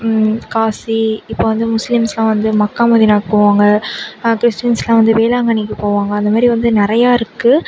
காசி இப்போ வந்து முஸ்லீம்ஸ்லாம் வந்து மெக்கா மதீனாக்கு போவாங்க கிறிஸ்டின்ஸ்லாம் வந்து வேளாங்கண்ணிக்கு போவாங்க அந்தமாரி வந்து நிறையா இருக்கு